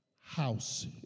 house